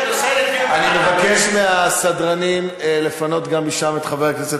אני מבקש מהסדרנים לפנות גם משם את חבר הכנסת